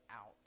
out